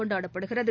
கொண்டாடப்படுகிறது